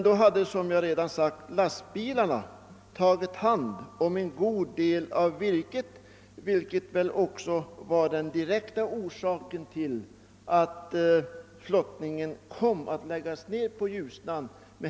Då hade som sagt lastbilarna redan tagit en god del av virket som väl också var den direkta orsaken till att flottningen kom att läggas ned på Ljusnan.